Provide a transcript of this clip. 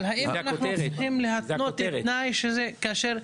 הכותרת -- אבל אנחנו הולכים להתנות תנאי כאשר,